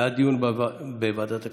מצביע בעד דיון בוועדת הכספים.